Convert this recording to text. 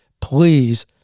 Please